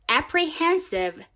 apprehensive